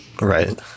Right